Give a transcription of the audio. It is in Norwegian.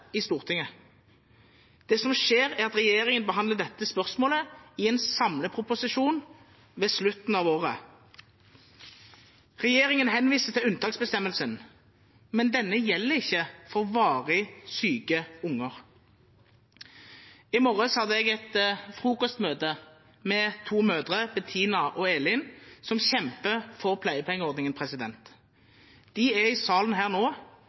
i Stortinget. Det som skjer, er at regjeringen behandler dette spørsmålet i en samleproposisjon ved slutten av året. Regjeringen henviser til unntaksbestemmelsen, men denne gjelder ikke for varig syke unger. I morges hadde jeg et frokostmøte med to mødre, Bettina og Elin, som kjemper for pleiepengeordningen. De er her nå,